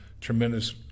tremendous